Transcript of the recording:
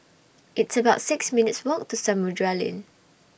It's about six minutes' Walk to Samudera Lane